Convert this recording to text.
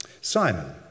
Simon